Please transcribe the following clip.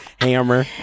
hammer